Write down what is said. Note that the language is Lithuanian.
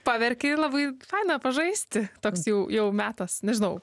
paverkei ir labai faina pažaisti toks jau jau metas nežinau